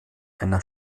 einer